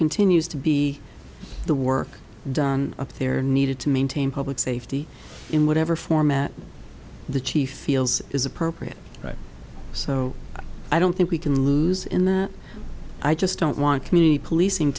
continues to be the work done up there needed to maintain public safety in whatever format the chief feels is appropriate so i don't think we can lose in that i just don't want community policing